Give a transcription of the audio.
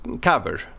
cover